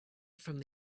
from